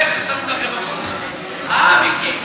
כואב שסוף-סוף, אה, מיקי?